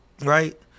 right